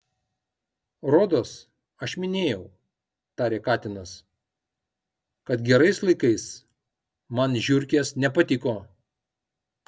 rodos aš minėjau tarė katinas kad gerais laikais man žiurkės nepatiko